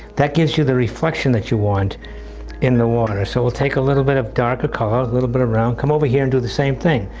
that gives you the reflection that you want in the water. so we'll take a little bit of darker colour, a little bit around, come over here and do the same thing.